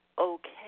okay